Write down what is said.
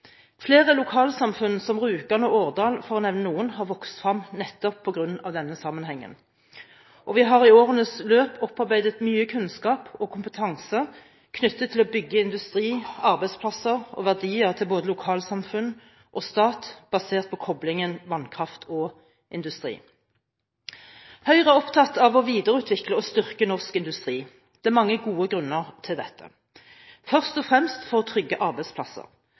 Flere lokalsamfunn, som Rjukan og Årdal, for å nevne noen, har vokst frem nettopp på grunn av denne sammenhengen, og vi har i årenes løp opparbeidet mye kunnskap og kompetanse knyttet til å bygge industri, arbeidsplasser og verdier til både lokalsamfunn og stat basert på koblingen vannkraft og industri. Høyre er opptatt av å videreutvikle og styrke norsk industri. Det er mange gode grunner til dette – først og fremst for å trygge arbeidsplasser.